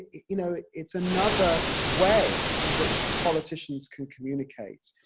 you know, it's another way in which politicians can communicate,